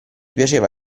piaceva